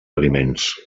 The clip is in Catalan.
aliments